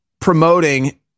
promoting